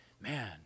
man